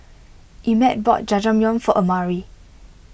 Emett bought Jajangmyeon for Amari